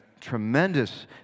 tremendous